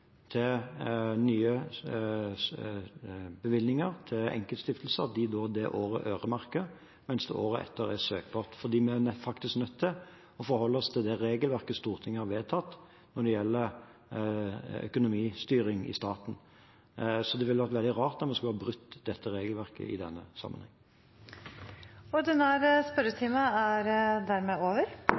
det året etter blir en søkbar ordning. Vi er faktisk nødt til å forholde oss til det regelverket Stortinget har vedtatt når det gjelder økonomistyring i staten. Det ville vært veldig rart om vi skulle brutt dette regelverket i denne sammenhengen. Den ordinære spørretimen er dermed